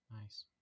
Nice